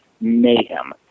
mayhem